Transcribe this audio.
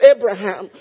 Abraham